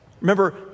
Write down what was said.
Remember